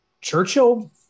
Churchill